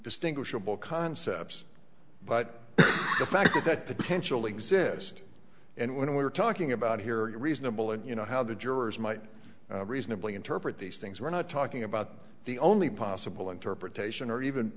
distinguishable concepts but the fact that potential exist and when we're talking about here are reasonable and you know how the jurors might reasonably interpret these things we're not talking about the only possible interpretation or even